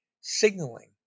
signaling